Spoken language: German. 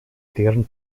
deren